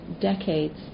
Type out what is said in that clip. decades